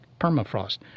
permafrost